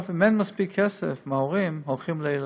אם אין מספיק כסף מההורים, הולכים לילדים.